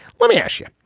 let me ask you.